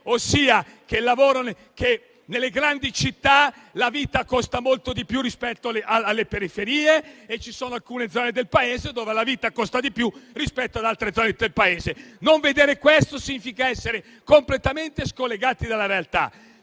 ossia che nelle grandi città la vita costa molto più che nelle periferie e che ci sono alcune zone del Paese dove la vita costa di più rispetto ad altre zone del Paese. Non vedere questo significa essere completamente scollegati dalla realtà.